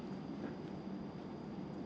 mm